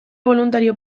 boluntario